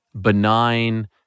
benign